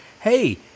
hey